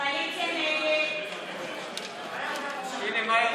מנסור עבאס, עאידה תומא סלימאן,